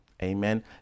Amen